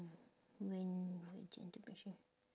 when gentle pressure